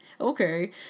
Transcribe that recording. Okay